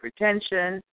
hypertension